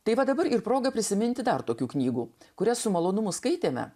taip va dabar ir proga prisiminti dar tokių knygų kurias su malonumu skaitėme